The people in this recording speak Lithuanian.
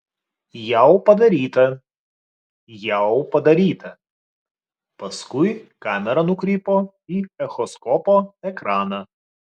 jau padaryta jau padaryta paskui kamera nukrypo į echoskopo ekraną